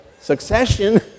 succession